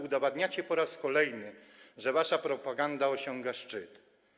Udowadniacie po raz kolejny, że wasza propaganda osiąga szczyt.